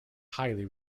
highly